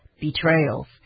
betrayals